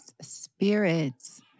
spirits